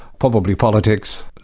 probably politics,